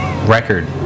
record